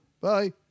bye